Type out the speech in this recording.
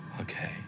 Okay